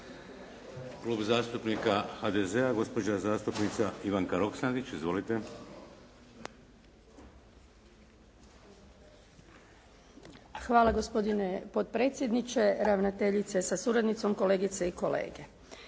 Hvala gospodine potpredsjedniče. Ravnateljice sa suradnicom, kolegice i kolege.